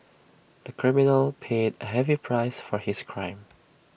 the criminal paid A heavy price for his crime